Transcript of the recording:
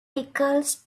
pickles